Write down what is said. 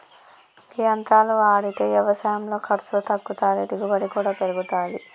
గీ యంత్రాలు ఆడితే యవసాయంలో ఖర్సు తగ్గుతాది, దిగుబడి కూడా పెరుగుతాది